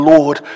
Lord